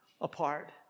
apart